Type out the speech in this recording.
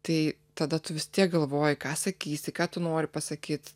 tai tada tu vis tiek galvoji ką sakysi ką tu nori pasakyt